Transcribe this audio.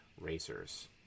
Racers